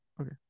Okay